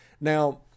Now